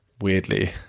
weirdly